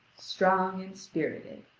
strong and spirited.